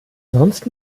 sonst